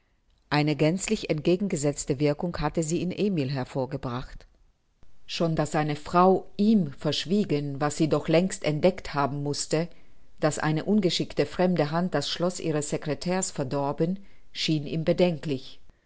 eine gänzlich entgegengesetzte wirkung hatte sie in emil hervorgebracht schon daß seine frau ihm verschwiegen was sie doch längst entdeckt haben mußte daß eine ungeschickte fremde hand das schloß ihres secretairs verdorben schien ihm bedenklich